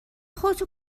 خودتو